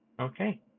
Okay